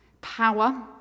power